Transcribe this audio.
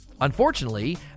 unfortunately